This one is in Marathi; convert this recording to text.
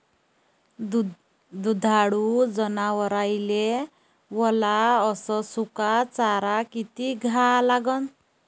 दुधाळू जनावराइले वला अस सुका चारा किती द्या लागन?